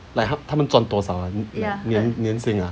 like 他们赚多少很年年年轻 ah